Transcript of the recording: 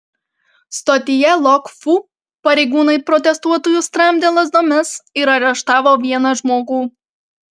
stotyje lok fu pareigūnai protestuotojus tramdė lazdomis ir areštavo vieną žmogų